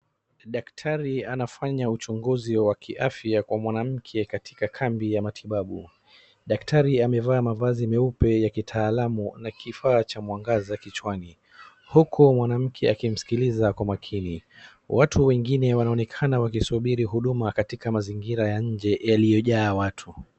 Daktari anafanya uchunguzi wa kiafya kwa mwanamke katika kambi ya matibabu. Daktari amevaa mavazi meupe ya kitalamu na kifaa cha mwangaza kichwani .Huku mwanamke akimsikiliza kwa makini .Watu wengine wanaonekana wakikusibiri huduma katika mazingira ya nje yaliyojaa watu.